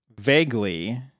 vaguely